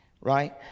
right